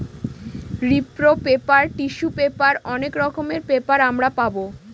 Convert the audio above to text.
রিপ্র paper, tissue paper অনেক রকমের পেপার আমরা পাবো